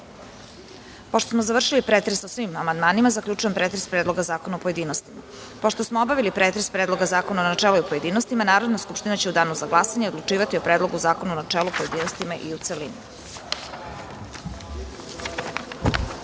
reč? Pošto smo završili pretres amandmanima zaključujem pretres Predloga zakona u pojedinostima. Pošto smo obavili pretres Predloga zakona u načelu i pojedinostima, Narodna skupština će u danu za glasanje odlučivati o Predlogu zakona u načelu, pojedinostima i u